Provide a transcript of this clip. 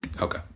Okay